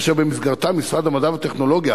אשר במסגרתה משרד המדע והטכנולוגיה,